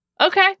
Okay